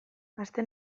aste